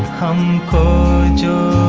hum ko jo